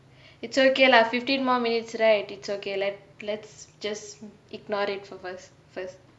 it's okay lah fifteen more minutes right it's okay let let's just ignore it for first first